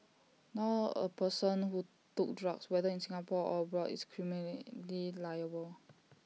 now A person who took drugs whether in Singapore or abroad is criminally liable